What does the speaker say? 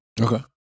Okay